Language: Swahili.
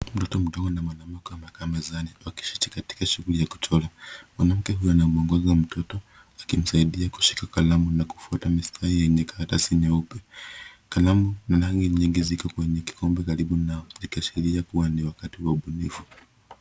Mtoto mdogo na mwanamke wamekaa mezani, wakishiriki katia shughuli ya kuchora. Mwanamke huyu anamwongoza mtoto akimsaidia kushika kalamu na kufuata mistari yenye karatasi nyeupe. Kalamu na rangi nyingi ziko kwenye kikombe karibu nao ikiashiria kuwa ni wakati wa ubunifu.